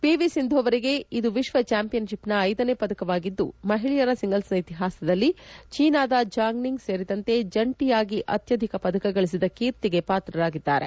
PV Sindhu ಅವರಿಗೆ ಇದು ವಿಶ್ವ ಚಾಂಪಿಯನ್ಷಿಪ್ನ ಐದನೇ ಪದಕವಾಗಿದ್ದು ಮಹಿಳೆಯರ ಸಿಂಗಲ್ಸ್ನ ಇತಿಹಾಸದಲ್ಲಿ ಚೀನಾದ ಝಾಂಗ್ ನಿಂಗ್ ಸೇರಿದಂತೆ ಜಂಟಿಯಾಗಿ ಅತ್ಯಧಿಕ ಪದಕ ಗಳಿಸಿದ ಕೀರ್ತಿಗೆ ಪಾತ್ರರಾಗಿದ್ದಾರೆ